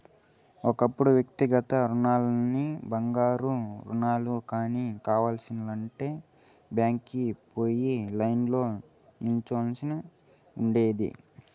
ఒకప్పుడు వ్యక్తిగత రుణాలుగానీ, బంగారు రుణాలు గానీ కావాలంటే బ్యాంకీలకి పోయి లైన్లో నిల్చోవల్సి ఒచ్చేది